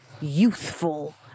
youthful